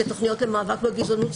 "תוכניות למאבק בגזענות".